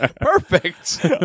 Perfect